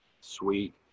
sweet